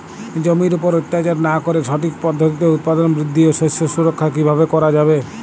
জমির উপর অত্যাচার না করে সঠিক পদ্ধতিতে উৎপাদন বৃদ্ধি ও শস্য সুরক্ষা কীভাবে করা যাবে?